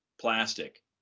plastic